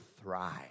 thrive